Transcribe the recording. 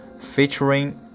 featuring